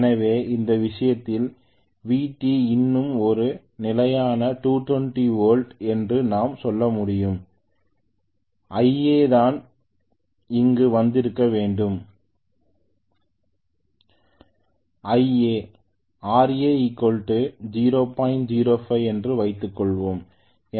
எனவே இந்த விஷயத்தில் Vt இன்னும் ஒரு நிலையான 230 என்று நாம் சொல்ல முடியும் Ia தான் இங்கு வந்திருக்க வேண்டும் Ia' Ra 005 என்று வைத்துக்கொள்ளலாம்